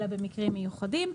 אלא במקרים מיוחדים.